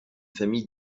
famille